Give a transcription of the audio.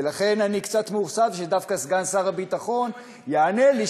ולכן אני קצת מאוכזב שדווקא סגן שר הביטחון יענה לי,